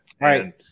Right